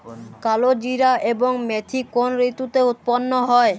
কালোজিরা এবং মেথি কোন ঋতুতে উৎপন্ন হয়?